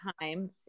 time